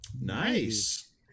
Nice